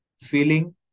feeling